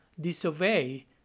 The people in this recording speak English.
disobey